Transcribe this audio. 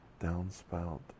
downspout